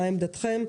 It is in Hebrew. מה עמדתכם.